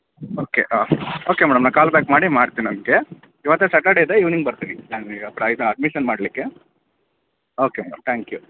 okay okay madam ನಾನು call back ಮಾಡಿ ಮಾಡ್ತೀನಿ ಅದಕ್ಕೆ ಇವತ್ತು ಸಾಟರ್ಡೆ ಇದೆ ಈವ್ನಿಂಗ್ ಬರ್ತೀನಿ ನಾನು ಈಗ ಅಡ್ಮಿಶನ್ ಮಾಡಲಿಕ್ಕೆ ಓಕೆ ಮೇಡಮ್ ತ್ಯಾಂಕ್ ಯು